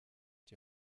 die